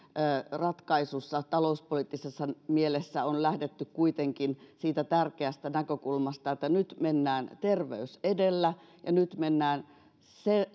ratkaisussa talouspoliittisessa mielessä on lähdetty kuitenkin siitä tärkeästä näkökulmasta että nyt mennään terveys edellä ja nyt mennään se